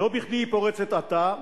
לא בכדי היא פורצת עתה,